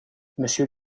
monsieur